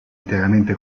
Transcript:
interamente